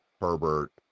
Herbert